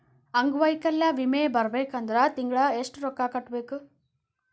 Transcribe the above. ಅಂಗ್ವೈಕಲ್ಯ ವಿಮೆ ಬರ್ಬೇಕಂದ್ರ ತಿಂಗ್ಳಾ ಯೆಷ್ಟ್ ರೊಕ್ಕಾ ಕಟ್ಟ್ಬೇಕ್?